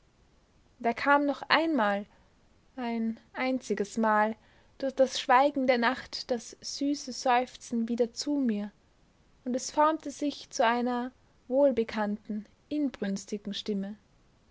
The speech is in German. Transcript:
da kam noch einmal ein einziges mal durch das schweigen der nacht das süße seufzen wieder zu mir und es formte sich zu einer wohlbekannten inbrünstigen stimme